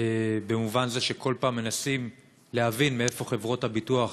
במובן זה שכל פעם מנסים להבין מאיפה חברות הביטוח,